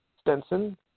Stenson